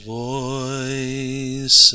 voice